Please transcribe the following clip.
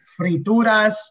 frituras